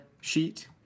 sheet